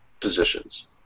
positions